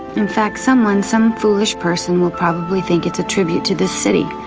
in fact, someone, some foolish person will probably think it's a tribute to this city,